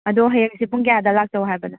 ꯑꯗꯣ ꯍꯌꯦꯡꯁꯦ ꯄꯨꯡ ꯀꯌꯥꯗ ꯂꯥꯛꯆꯧ ꯍꯥꯏꯕꯅꯣ